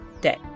day